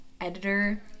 editor